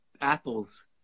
apples